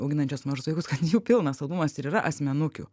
auginančios mažus vaikus kad jų pilnas albumas ir yra asmenukių